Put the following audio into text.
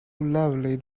lovely